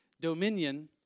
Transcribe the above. dominion